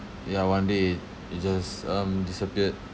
ya one day it it just um disappeared